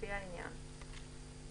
לפי העניין ".